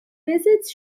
visits